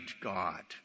God